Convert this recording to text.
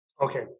Okay